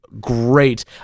great